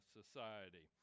society